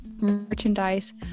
merchandise